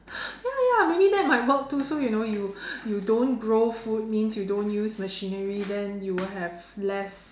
ya ya maybe that might work too so you know you you don't grow food means you don't use machinery then you will have less